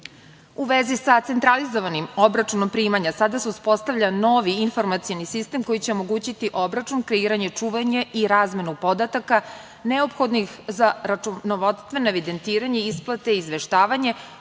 vezi sa centralizovanim obračunom primanja, sada se uspostavlja novi informacioni sistem koji će omogućiti obračun, kreiranje, čuvanje i razmenu podataka neophodnih za računovodstvene evidentiranje isplate, izveštavanje,